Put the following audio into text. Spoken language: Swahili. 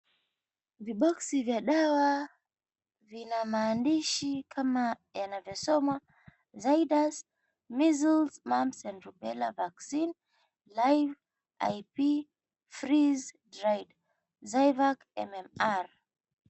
Viboksi vya dawa vina maandishi kama yanavyosoma, "Zydus, Measles, Mumps and Rubella Vaccine, Live IP, Freeze Dried Zyvac, MMR".